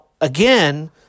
again